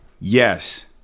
Yes